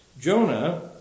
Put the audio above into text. Jonah